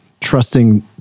trusting